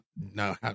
no